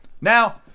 Now